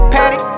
Patty